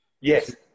Yes